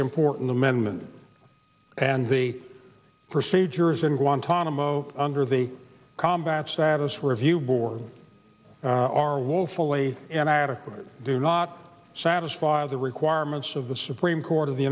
important amendment and the procedures in guantanamo under the combat status review board are woefully inadequate do not satisfy the requirements of the supreme court of the